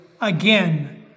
again